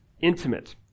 intimate